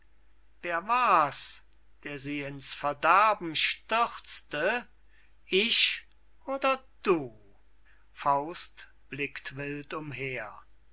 wer war's der sie ins verderben stürzte ich oder du faust blickt wild umher